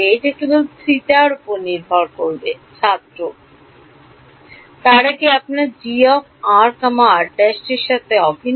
এটি কেবল θ র উপর নির্ভর করবে ছাত্র তারা কি আপনার gr r′ এর সাথে অভিন্ন